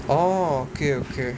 oh okay okay